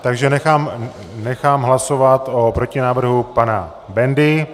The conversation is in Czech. Takže nechám hlasovat o protinávrhu pana Bendy.